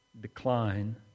decline